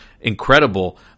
incredible